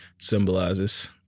symbolizes